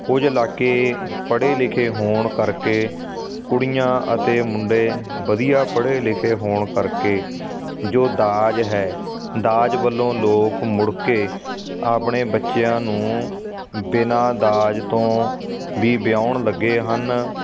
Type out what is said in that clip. ਕੁਝ ਇਲਾਕੇ ਪੜ੍ਹੇ ਲਿਖੇ ਹੋਣ ਕਰਕੇ ਕੁੜੀਆਂ ਅਤੇ ਮੁੰਡੇ ਵਧੀਆ ਪੜ੍ਹੇ ਲਿਖੇ ਹੋਣ ਕਰਕੇ ਜੋ ਦਾਜ ਹੈ ਦਾਜ ਵੱਲੋਂ ਲੋਕ ਮੁੜ ਕੇ ਆਪਣੇ ਬੱਚਿਆਂ ਨੂੰ ਬਿਨਾਂ ਦਾਜ ਤੋਂ ਵੀ ਵਿਆਉਣ ਲੱਗੇ ਹਨ